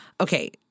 Okay